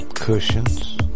cushions